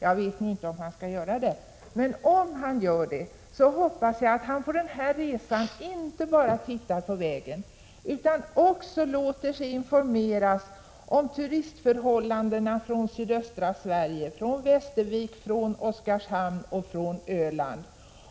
Jag vet inte om han skall göra det, men om han gör det hoppas jag att han under denna resa inte bara tittar på vägen utan också låter sig informeras om turistförhållandena i sydöstra Sverige, Västervik och Oskarshamn samt på Öland.